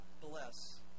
Bless